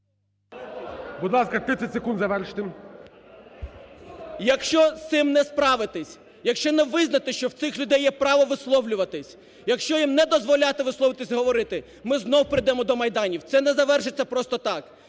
Будь ласка, 30 секунд, завершити. НАЙЄМ М. Якщо з цим не справитись, якщо не визнати, що в цих людей є право висловлюватися, якщо їм не дозволяти висловлюватися, говорити. Ми з нову прийдемо до майданів, це не завершиться просто так